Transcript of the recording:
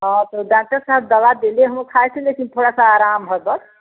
हाँ तो डाक्टर साहब दवा देले हउअं खाए के लेकिन थोड़ा सा आराम है बस